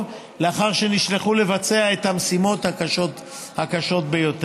לאחר שנשלחו למלא את המשימות הקשות ביותר.